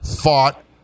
fought